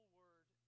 word